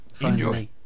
Enjoy